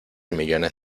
millones